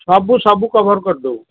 ସବୁ ସବୁ କଭର୍ କରିଦେବୁ